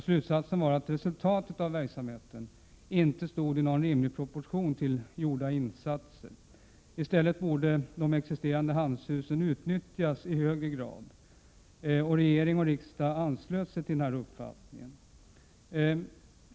Slutsatsen blev att resultatet av verksamheten inte stod i rimlig proportion till gjorda insatser. I stället borde de existerande handelshusen utnyttjas i högre grad. Regeringen och riksdagen anslöt sig till denna uppfattning.